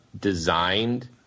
designed